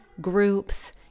groups